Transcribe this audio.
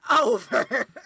over